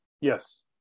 Yes